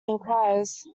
enquiries